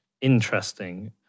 Interesting